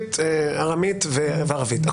בארמית ובערבית.